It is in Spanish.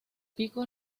pico